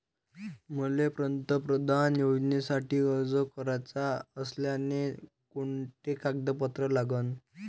मले पंतप्रधान योजनेसाठी अर्ज कराचा असल्याने कोंते कागद लागन?